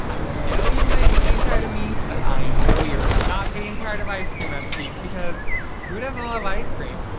i know you might be getting tired of me but i know you're not getting tired of ice cream recipes because who doesn't love ice cream?